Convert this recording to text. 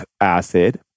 acid